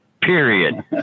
Period